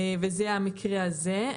וזה המקרה הזה.